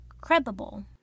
credible